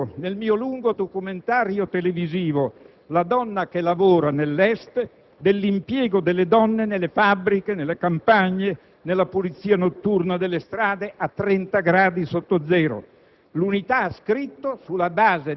o quando ha trattato, ad esempio, nel mio lungo documentario televisivo, la donna che lavora nell'Est, dell'impiego delle donne nelle fabbriche, nelle campagne, nella polizia notturna delle strade a 30 gradi sotto zero.